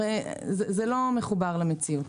הרי זה לא מחובר למציאות.